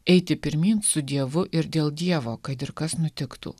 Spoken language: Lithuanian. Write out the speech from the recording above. eiti pirmyn su dievu ir dėl dievo kad ir kas nutiktų